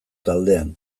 taldean